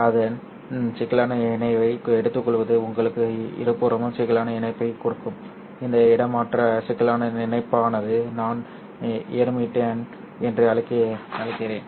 அதன் சிக்கலான இணைவை எடுத்துக்கொள்வது உங்களுக்கு இருபுறமும் சிக்கலான இணைப்பைக் கொடுக்கும் இந்த இடமாற்ற சிக்கலான இணைப்பானது நான் ஹெர்மிடியன் என்று அழைக்கிறேன்